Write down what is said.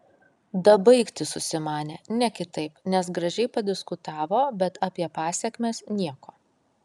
dabaigti susimanė ne kitaip nes gražiai padiskutavo bet apie pasekmes nieko